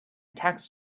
tax